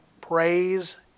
praise